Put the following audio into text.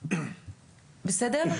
בסדר?